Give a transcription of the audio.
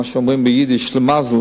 כמו שאומרים ביידיש "שלימזל",